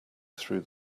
through